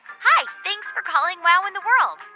hi. thanks for calling wow in the world.